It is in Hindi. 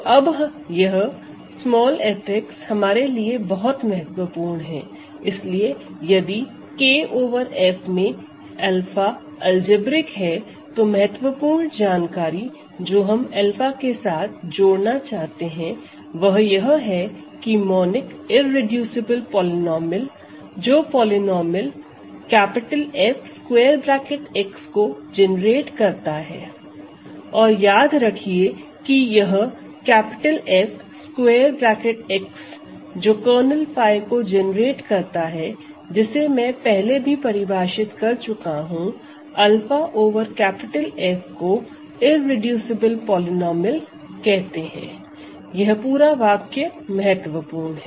तो अब यह f हमारे लिए बहुत महत्वपूर्ण हैं इसीलिए यदि K ओवर F में 𝛂 अलजेब्रिक है तो महत्वपूर्ण जानकारी जो हम 𝛂 के साथ जोड़ना चाहते हैं वह यह है कि मोनिक इररेडूसिबल पॉलीनोमिअल जो पॉलीनोमिअल Fx को जेनेरेट करता है और याद रखिए कि यह Fx जो कर्नेल 𝜑 को जेनेरेट करता है जिसे मैं पहले भी परिभाषित कर चुका हूं 𝛂 ओवर F को इररेडूसिबल पॉलीनोमिअल कहते हैं यह पूरा वाक्य महत्वपूर्ण है